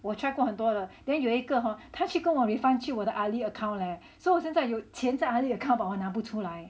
我 try 过很多的 then 有一个 hor 他去跟我 refund 去我的 Ali account leh so 我现在有钱在 Ali account but 我拿不出来